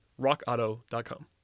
rockauto.com